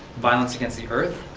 violence against the earth,